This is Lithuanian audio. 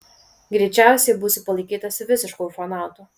greičiausiai būsiu palaikytas visišku ufonautu